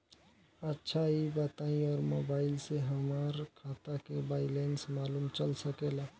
अच्छा ई बताईं और मोबाइल से हमार खाता के बइलेंस मालूम चल सकेला?